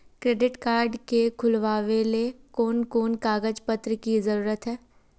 Credit card के खुलावेले कोन कोन कागज पत्र की जरूरत है?